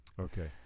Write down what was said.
Okay